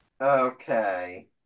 Okay